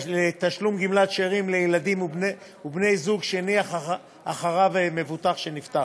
לתשלום גמלת שאירים לילדים ובני-זוג שהניח אחריו מבוטח שנפטר.